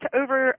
over